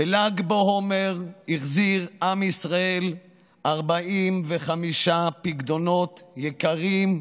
בל"ג בעומר החזיר עם ישראל 45 פיקדונות יקרים,